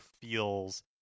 feels